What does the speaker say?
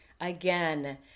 again